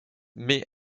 mais